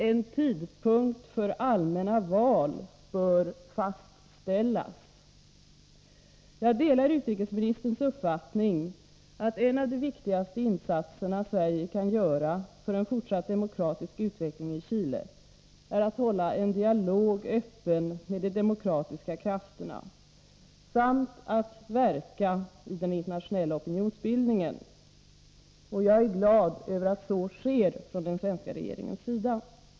En tidpunkt för allmänna val bör fastställas. Jag delar utrikesministerns uppfattning att en av de viktigaste insatser som Sverige kan göra för en fortsatt demokratisk utveckling i Chile är att hålla en dialog öppen med de demokratiska krafterna samt att verka i den internationella opinionsbildningen. Jag är glad över att så sker från den svenska regeringens sida.